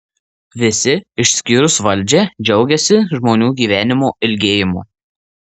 visi išskyrus valdžią džiaugiasi žmonių gyvenimo ilgėjimu